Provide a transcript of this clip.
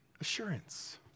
assurance